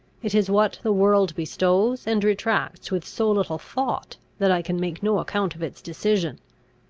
it is what the world bestows and retracts with so little thought, that i can make no account of its decision.